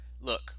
look